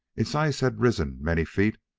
its ice had risen many feet,